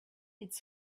it’s